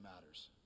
matters